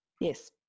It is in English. yes